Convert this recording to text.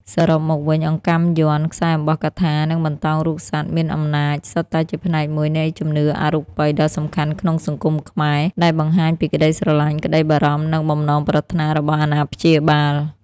សរុបមកវិញ អង្កាំយ័ន្ត ខ្សែអំបោះកថា និងបន្តោងរូបសត្វមានអំណាច សុទ្ធតែជាផ្នែកមួយនៃជំនឿអរូបីដ៏សំខាន់ក្នុងសង្គមខ្មែរ ដែលបង្ហាញពីក្ដីស្រឡាញ់ ក្ដីបារម្ភ និងបំណងប្រាថ្នារបស់អាណាព្យាបាល។